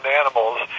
animals